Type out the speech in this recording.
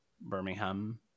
Birmingham